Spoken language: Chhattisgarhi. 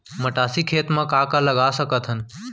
मटासी खेत म का का लगा सकथन?